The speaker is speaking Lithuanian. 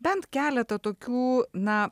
bent keletą tokių na